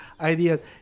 ideas